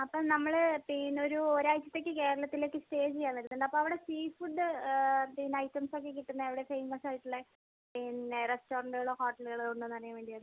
അപ്പം നമ്മള് പിന്നെ ഒരു ഒരാഴ്ചത്തേക്ക് കേരളത്തിലേക്ക് സ്റ്റേ ചെയ്യാൻ വരുന്നുണ്ട് അപ്പോൾ അവിടെ സീ ഫുഡ് പിന്നെ ഐറ്റംസൊക്കെ കിട്ടുന്ന പിന്നെ ഫേമസായിട്ടുള്ള പിന്നെ റെസ്റ്റോറന്റുകള് ഹോട്ടലുകള് ഉണ്ടോ എന്ന് അറിയാൻ വേണ്ടി ആയിരുന്നു